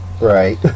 Right